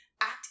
act